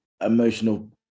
emotional